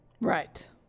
Right